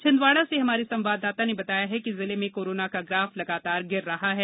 छिंदवाड़ा से हमारे संवाददाता ने बताया है कि जिले में कोरोना का ग्राफ लगातार गिर रहा है